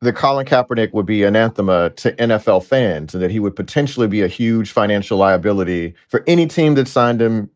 that colin kaepernick would be anathema to nfl fans, and that he would potentially be a huge financial liability for any team that signed him,